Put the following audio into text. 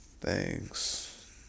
thanks